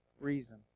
reason